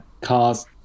cars